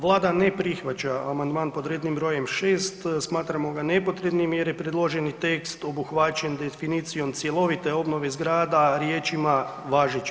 vlada ne prihvaća amandman pod rednim br. 6. smatramo ga nepotrebnim jer je predloženi tekst obuhvaćen definicijom cjelovite obnove zgrada riječima važeći